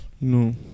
No